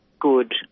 good